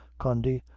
condy,